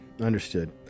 understood